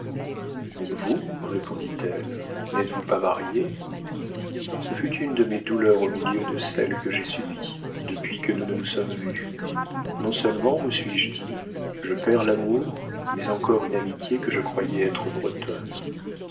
vous répondit-elle n'êtes-vous pas marié ce fut une de mes douleurs au milieu de celles que j'ai subies depuis que nous ne nous sommes vus non-seulement me suis-je dit je perds l'amour mais encore une amitié que je croyais être bretonne